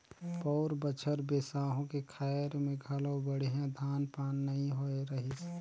पउर बछर बिसाहू के खायर में घलो बड़िहा धान पान नइ होए रहीस